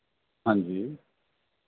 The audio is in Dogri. हांजी